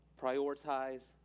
prioritize